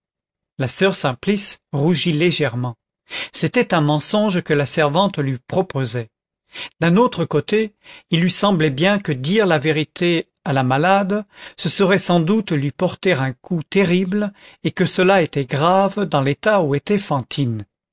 la soeur simplice rougit légèrement c'était un mensonge que la servante lui proposait d'un autre côté il lui semblait bien que dire la vérité à la malade ce serait sans doute lui porter un coup terrible et que cela était grave dans l'état où était fantine